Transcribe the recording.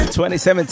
2017